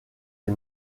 des